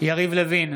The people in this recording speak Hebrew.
יריב לוין,